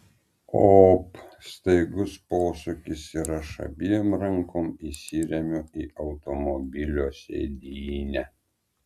op staigus posūkis ir aš abiem rankom įsiremiu į automobilio sėdynę